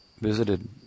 visited